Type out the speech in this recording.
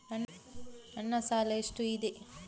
ನನ್ನ ಸಾಲ ಎಷ್ಟು ಇದೆ?